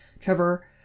trevor